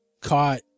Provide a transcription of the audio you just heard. caught